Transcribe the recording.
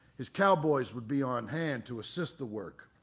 his cowboys would be on hand to assist the work.